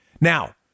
Now